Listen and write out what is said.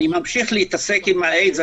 אני ממשיך להתעסק עם האיידס,